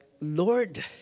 Lord